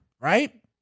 right